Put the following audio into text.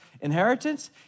inheritance